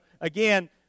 again